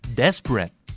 desperate